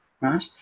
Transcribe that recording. right